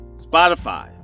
Spotify